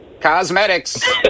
Cosmetics